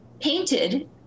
painted